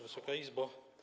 Wysoka Izbo!